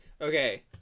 Okay